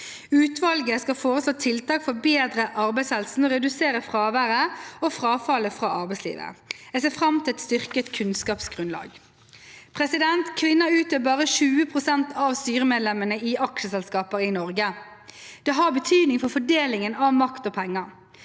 Utvalget skal foreslå tiltak for å bedre arbeidshelsen og redusere fraværet og frafallet fra arbeidslivet. Jeg ser fram til et styrket kunnskapsgrunnlag. Kvinner utgjør bare 20 pst. av styremedlemmene i aksjeselskaper i Norge. Det har betydning for fordelingen av makt og penger.